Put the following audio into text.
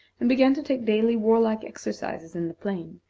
and began to take daily warlike exercise in the plain,